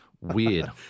Weird